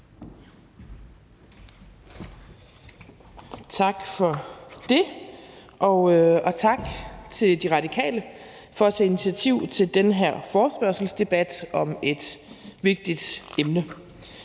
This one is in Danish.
Tak for det, og tak til De Radikale for at tage initiativ til den her forespørgselsdebat om et vigtigt emne.